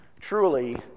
truly